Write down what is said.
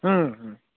হুম হুম